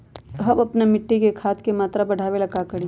हम अपना मिट्टी में खाद के मात्रा बढ़ा वे ला का करी?